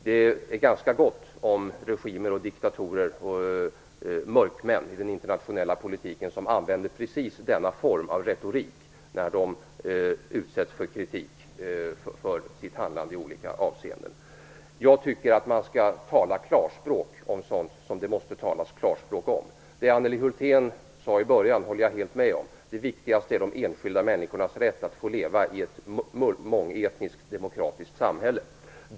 Det är ganska gott om regimer och diktatorer och mörkmän i den internationella politiken som använder precis denna form av retorik när de utsätts för kritik för sitt handlande i olika avseenden. Jag tycker att man skall tala klarspråk om sådant som det måste talas klarspråk om. Det Anneli Hulthén sade i början håller jag helt med om. Det viktigaste är de enskilda människornas rätt att få leva i ett mångetniskt, demokratiskt samhälle.